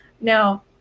now